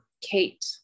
kate